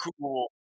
cool